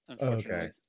Okay